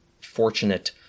fortunate